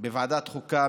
בוועדת החוקה,